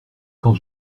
quand